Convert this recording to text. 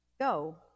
go